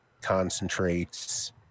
concentrates